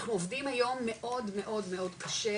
אנחנו עובדים היום מאוד מאוד מאוד קשה,